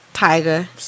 Tiger